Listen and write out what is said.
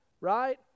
Right